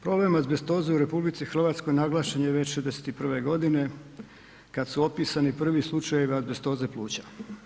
Problem azbestoze u RH naglašen je već 61. g. kad su opisani prvi slučajevi azbestoze pluća.